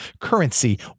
currency